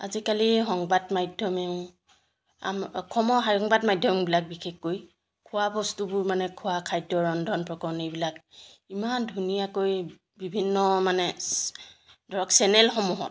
আজিকালি সংবাদ মাধ্যমেও অসমৰ সংবাদ মাধ্যমবিলাক বিশেষকৈ খোৱা বস্তুবোৰ মানে খোৱা খাদ্য ৰন্ধন প্ৰকৰণ এইবিলাক ইমান ধুনীয়াকৈ বিভিন্ন মানে ধৰক চেনেলসমূহত